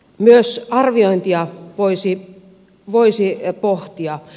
myös arviointia voisi pohtia